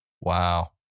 Wow